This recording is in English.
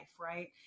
right